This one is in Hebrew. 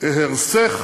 "אהרסך